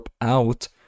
out